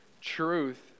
truth